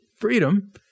freedom